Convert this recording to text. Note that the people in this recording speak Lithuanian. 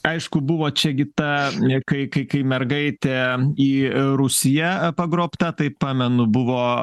aišku buvo čia gi ta kai kai kai mergaitė į rusiją pagrobta tai pamenu buvo